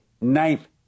ninth